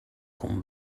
con